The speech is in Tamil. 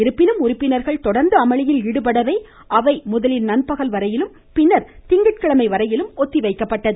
இருப்பினும் உறுப்பினர்கள் தொடர்ந்து அமளியில் ஈடுபடவே அவை ழதலில் நன்பகல்வரையிலும் பின்னர் திங்கட்கிழமை வரையிலும் ஒத்திவைக்கப்பட்டது